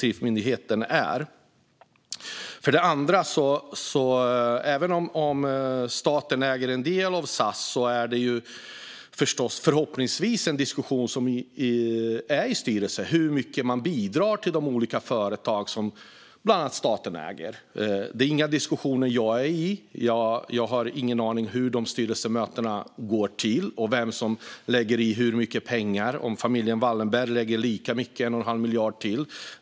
För det andra är det så att även om staten äger en del av SAS sker det förstås, förhoppningsvis, en diskussion i styrelserna i de olika företag som bland annat staten äger om hur mycket man bidrar. Det är inga diskussioner som jag deltar i; jag har ingen aning om hur dessa styrelsemöten går till och vem som lägger hur mycket pengar. Jag vet inte om familjen Wallenberg lägger lika mycket till SAS, en och en halv miljard till.